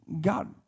God